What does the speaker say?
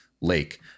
lake